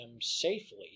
safely